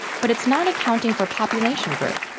but it's not accounting for population growth.